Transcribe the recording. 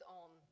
on